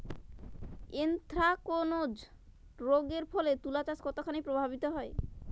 Anthracnose রোগ এর ফলে তুলাচাষ কতখানি প্রভাবিত হয়?